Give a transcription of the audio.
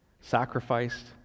sacrificed